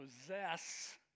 possess